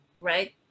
right